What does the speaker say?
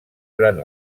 durant